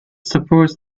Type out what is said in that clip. supports